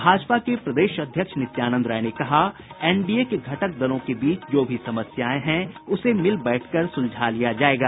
भाजपा के प्रदेश अध्यक्ष नित्यानंद राय ने कहा एनडीए के घटक दलों के बीच जो भी समस्याएं हैं उसे मिल बैठकर सुलझा लिया जायेगा